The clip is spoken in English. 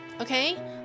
okay